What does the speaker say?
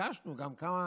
וביקשנו גם כמה